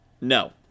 no